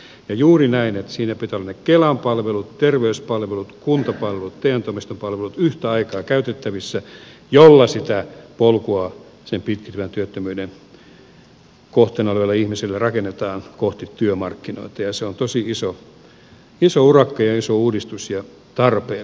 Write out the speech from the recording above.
ja juuri näin että siinä pitää olla kelan palvelut terveyspalvelut kuntapalvelut ja te toimiston palvelut yhtä aikaa käytettävissä millä sitä polkua pitkittyvän työttömyyden kohteena olevalle ihmiselle rakennetaan kohti työmarkkinoita ja se on tosi iso urakka ja iso uudistus ja tarpeellinen